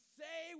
say